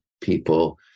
people